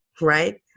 right